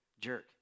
jerk